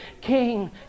King